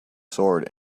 sword